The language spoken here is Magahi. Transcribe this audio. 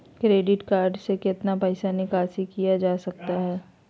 क्रेडिट कार्ड से कितना पैसा निकासी किया जा सकता है?